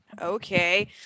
okay